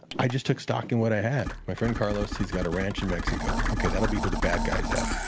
i just took stock in what i had. my friend carlos, he's got a ranch in mexico. okay, that'll be where the bad guy's at.